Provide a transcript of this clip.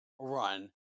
Run